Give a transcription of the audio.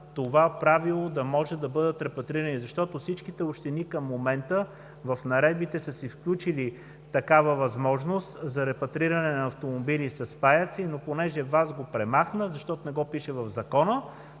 това правило, да може да бъдат репатрирани. Защото всичките общини към момента са включили в наредбите възможността за репатриране на автомобили с паяци, но понеже ВАС го премахна, защото не го пише в Закона,